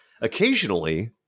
Occasionally